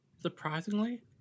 Surprisingly